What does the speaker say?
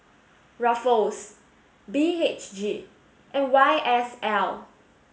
ruffles B H G and Y S L